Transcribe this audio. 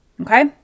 Okay